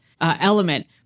element